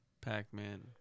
Pac-Man